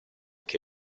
che